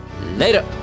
Later